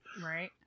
Right